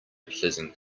pleasant